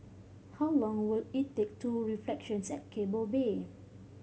how long will it take to Reflections at Keppel Bay